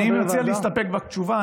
אני מציע להסתפק בתשובה.